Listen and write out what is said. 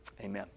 Amen